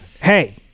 Hey